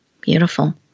Beautiful